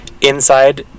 inside